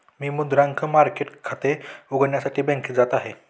मी मुद्रांक मार्केट खाते उघडण्यासाठी बँकेत जात आहे